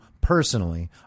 personally